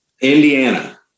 Indiana